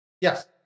Yes